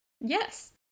Yes